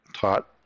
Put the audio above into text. taught